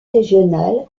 régionale